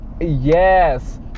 Yes